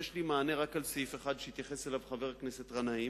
כי יש לי מענה רק על סעיף אחד שהתייחס אליו חבר הכנסת גנאים,